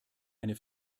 eine